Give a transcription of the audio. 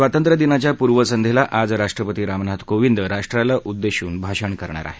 स्वातंत्र्यदिनाच्या पूर्व संध्येला आज राष्ट्रपती रामनाथ कोविंद राष्ट्राला उद्देशून भाषण करणार आहेत